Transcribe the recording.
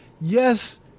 Yes